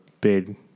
big